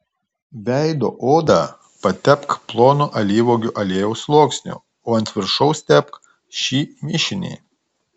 veido odą patepk plonu alyvuogių aliejaus sluoksniu o ant viršaus tepk šį mišinį